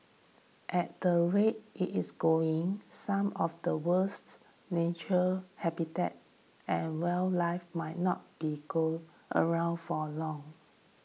at the rate it is going some of the world's nature habitat and wildlife might not be go around for long